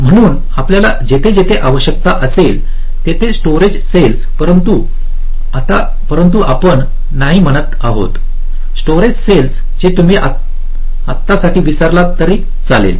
म्हणून आपल्याला जिथे जिथे आवश्यक असेल तेथे स्टोरेज सेल्स परंतु आता आपण नाही म्हणत आहोत स्टोरेज सेल्स जे तुम्ही आत्तासाठी विसरलात तरी चालेल